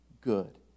good